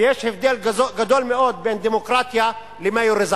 ויש הבדל גדול מאוד בין דמוקרטיה למיוריזציה.